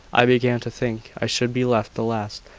i began to think i should be left the last,